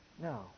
no